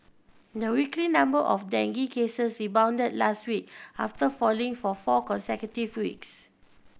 the weekly number of dengue cases rebounded last week after falling for four consecutive weeks